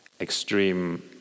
extreme